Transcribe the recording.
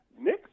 Nick